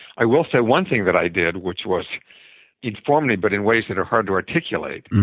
i will say one thing that i did which was informally but in ways that hard to articulate.